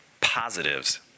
positives